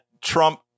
Trump